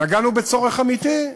נגענו בצורך אמיתי.